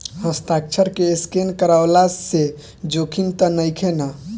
हस्ताक्षर के स्केन करवला से जोखिम त नइखे न?